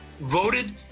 voted